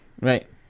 Right